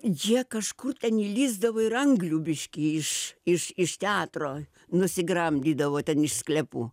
jie kažkur ten įlįsdavo ir anglių biškį iš iš iš teatro nusigramdydavo ten iš sklepų